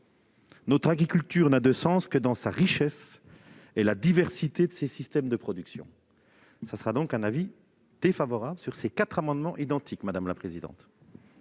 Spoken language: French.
Notre agriculture n'a de sens que dans la richesse et la diversité de ses systèmes de production. La commission émet donc un avis défavorable sur ces quatre amendements identiques. Quel est